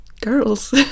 girls